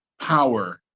power